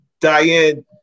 Diane